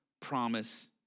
promise